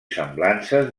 semblances